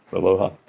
aloha